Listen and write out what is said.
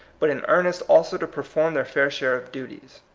but in earnest also to perform their fair share of duties.